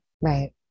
right